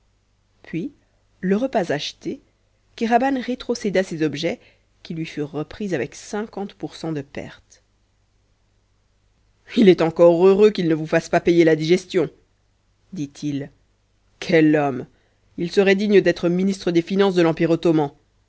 puis le repas acheté kéraban retrocéda ces objets qui lui furent repris avec cinquante pour cent de perte il est encore heureux qu'il ne vous fasse pas payer la digestion dit-il quel homme il serait digne d'être ministre des finances de l'empire ottoman